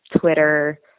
Twitter